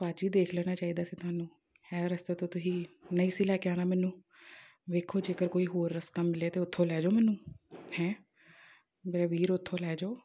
ਭਾਅ ਜੀ ਦੇਖ ਲੈਣਾ ਚਾਹੀਦਾ ਸੀ ਤੁਹਾਨੂੰ ਇਹ ਰਸਤੇ ਤੋਂ ਤੁਸੀਂ ਨਹੀਂ ਸੀ ਲੈ ਕੇ ਆਉਣਾ ਮੈਨੂੰ ਦੇਖੋ ਜੇਕਰ ਕੋਈ ਹੋਰ ਰਸਤਾ ਮਿਲਿਆ ਤਾਂ ਉੱਥੋਂ ਲੈ ਜਾਓ ਮੈਨੂੰ ਹੈ ਮੇਰਾ ਵੀਰ ਉੱਥੋਂ ਲੈ ਜਾਓ